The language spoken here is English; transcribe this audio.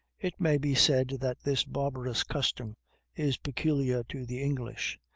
it may be said that this barbarous custom is peculiar to the english,